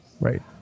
Right